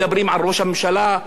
לא מבקרים את הממשלה,